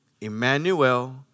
Emmanuel